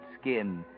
skin